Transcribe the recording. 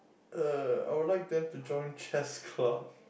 uh I would like them to join chess club